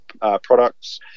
products